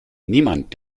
niemand